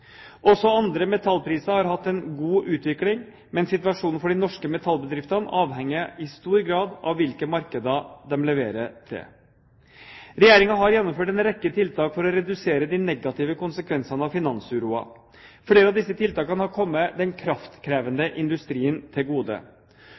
Også andre metallpriser har hatt en god utvikling, men situasjonen for de norske metallbedriftene avhenger i stor grad av hvilke markeder de leverer til. Regjeringen har gjennomført en rekke tiltak for å redusere de negative konsekvensene av finansuroen. Flere av disse tiltakene har kommet den kraftkrevende